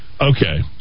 Okay